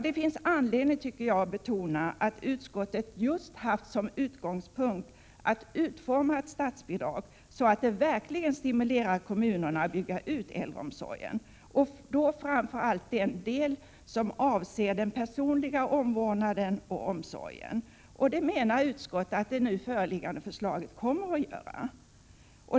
Det finns anledning att betona att utskottet just haft som utgångspunkt att utforma statsbidraget så, att det verkligen stimulerar kommunerna att bygga ut äldreomsorgen, och då framför allt den del som avser den personliga omvårdnaden och omsorgen. Det menar utskottet att det nu föreliggande förslaget kommer att göra.